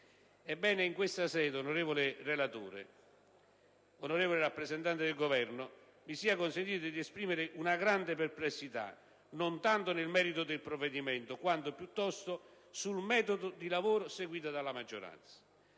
onorevole relatore, onorevole rappresentante del Governo, mi sia consentito esprimere una grande perplessità non tanto sul merito del provvedimento, quanto piuttosto sul metodo di lavoro seguito dalla maggioranza: